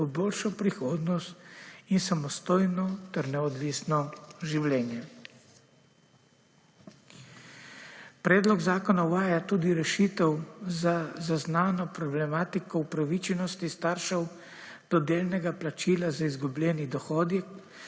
v boljšo prihodnost in samostojno ter neodvisno življenje. Predlog zakona uvaja tudi rešitev za zaznano problematiko upravičenosti staršev do delnega plačila za izgubljeni dohodek